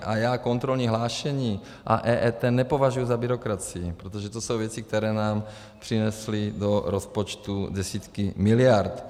A já kontrolní hlášení a EET nepovažuji na byrokracii, protože to jsou věci, které nám přinesly do rozpočtu desítky miliard.